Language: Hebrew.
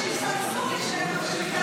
ביקשתי שיסמסו לי כשמתקרב